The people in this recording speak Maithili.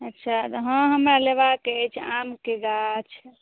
अच्छा तऽ हँ हमरा लेबाक अछि आमके गाछ